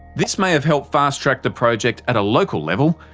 this may have helped fast track the project at a local level,